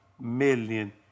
million